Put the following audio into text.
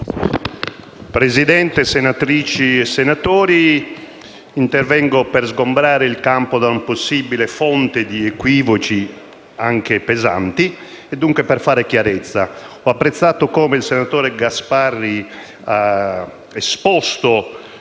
Presidente, senatrici e senatori, intervengo per sgombrare il campo da una possibile fonte di equivoci, anche pesante, e per fare chiarezza. Ho apprezzato come il senatore Gasparri abbia esposto